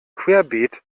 querbeet